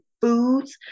foods